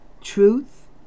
truth